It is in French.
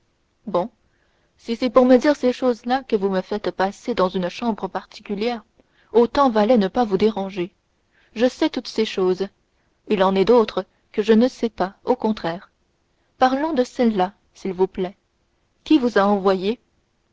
bon si c'est pour me dire ces choses-là que vous me faites passer dans une chambre particulière autant valait ne pas vous déranger je sais toutes ces choses il en est d'autres que je ne sais pas au contraire parlons de celles-là s'il vous plaît qui vous a envoyé